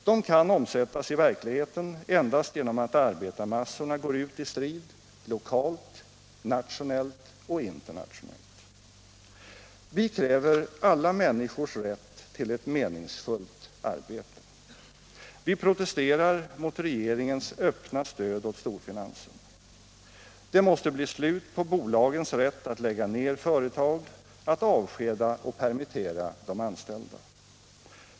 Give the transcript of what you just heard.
De kan omsättas i verkligheten endast genom att arbetarmassorna går ut i.strid, lokalt, nationellt och internationellt. "Vi kräver alla människors rätt till ett meningsfullt arbete. Vi protesterar mot regeringens öppna stöd åt storfinansen. Det måste bli slut på bolagens rätt att lägga ner företag, att avskeda och permittera de an ställda.